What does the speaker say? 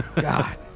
God